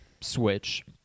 Switch